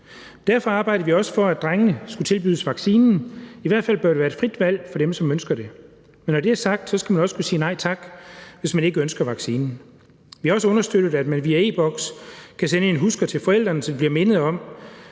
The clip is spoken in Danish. Derfor arbejdede vi også for, at drengene skulle tilbydes vaccinen – i hvert fald bør det være et frit valg for dem, som ønsker det. Men når det er sagt, skal man også kunne sige nej tak, hvis man ikke ønsker vaccinen. Vi har også understøttet, at man via e-Boks kan sende en husker til forældrene, så de bliver mindet om